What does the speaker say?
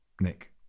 Nick